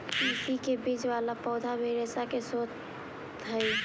तिस्सी के बीज वाला पौधा भी रेशा के स्रोत हई